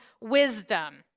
wisdom